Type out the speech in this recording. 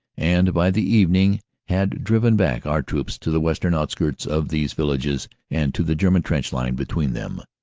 and by the evening had driven back our troops to the western outskirts of these villages and to the german trench line between them.